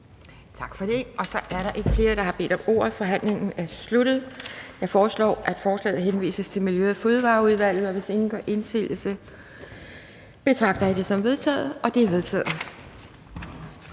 Tak for det. Der er ikke flere, der har bedt om ordet, så forhandlingen er sluttet. Jeg foreslår, at forslaget til folketingsbeslutning henvises til Miljø- og Fødevareudvalget. Og hvis ingen gør indsigelse, betragter jeg det som vedtaget. Det er vedtaget.